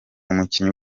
umukinnyi